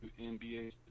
NBA